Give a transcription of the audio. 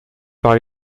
par